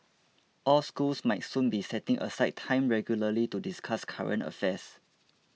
all schools might soon be setting aside time regularly to discuss current affairs